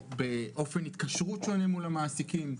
באופן התקשרות שונה מול המעסיקים.